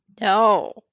No